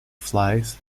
flies